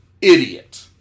idiot